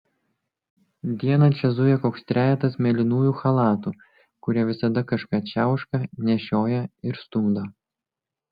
dieną čia zuja koks trejetas mėlynųjų chalatų kurie visada kažką čiauška nešioja ir stumdo